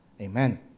Amen